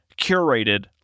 curated